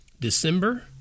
December